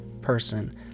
person